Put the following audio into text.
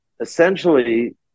essentially